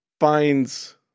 finds